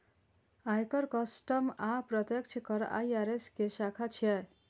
आयकर, कस्टम आ अप्रत्यक्ष कर आई.आर.एस के शाखा छियै